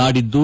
ನಾಡಿದ್ದು